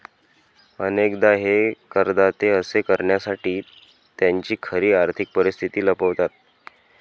अनेकदा हे करदाते असे करण्यासाठी त्यांची खरी आर्थिक परिस्थिती लपवतात